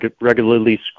regularly